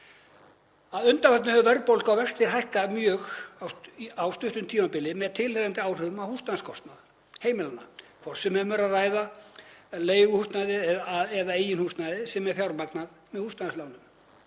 Að undanförnu hafa verðbólga og vextir hækkað mjög á stuttu tímabili með tilheyrandi áhrifum á húsnæðiskostnað heimilanna, hvort sem um er að ræða leiguhúsnæði eða eigin húsnæði sem er fjármagnað með húsnæðislánum.